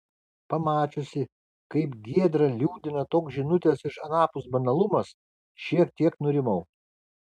pamačiusi kaip giedrą liūdina toks žinutės iš anapus banalumas šiek tiek nurimau